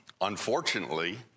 Unfortunately